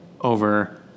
over